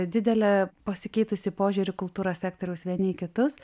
didelį pasikeitusį požiūrį kultūros sektoriaus vieni į kitus